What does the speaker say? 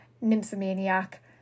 Nymphomaniac